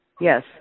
Yes